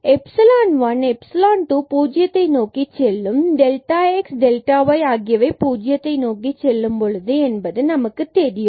epsilon one மற்றும் epsilon two புஜ்ஜியத்தை நோக்கிச் செல்லும் delta x மற்றும் delta y ஆகியவை பூஜ்ஜியத்தை நோக்கி செல்கிறது என்பது நமக்கு தெரியும்